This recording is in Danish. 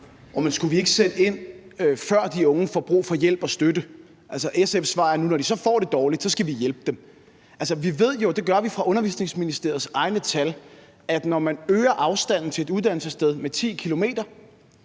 skulle vi ikke sætte ind, før de unge får brug for hjælp og støtte? SF's svar er nu, at når de får det dårligt, skal vi hjælpe dem. Vi ved jo, og det ved vi fra Undervisningsministeriets egne tal,